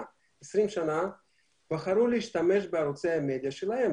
20 שנה והם בחרו להשתמש בערוצי המדיה שלהם,